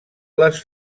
les